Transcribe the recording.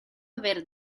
aver